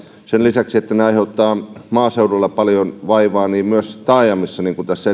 sen lisäksi että naakat aiheuttavat maaseudulla paljon vaivaa ne aiheuttavat sitä myös taajamissa kuten tässä